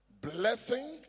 blessing